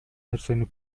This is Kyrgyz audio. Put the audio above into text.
нерсени